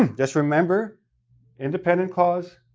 and just remember independent clause,